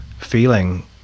feeling